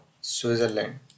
switzerland